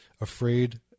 afraid